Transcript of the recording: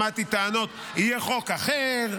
שמעתי טענות שיהיה חוק אחר,